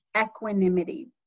equanimity